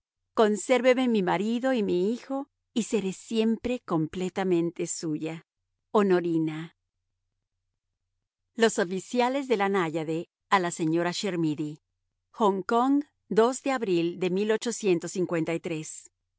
consérveme mi marido y mi hijo y seré siempre completamente suya honorina los oficiales de la náyade a la señora chermidy hong kong de abril señora los